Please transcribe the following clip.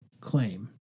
claim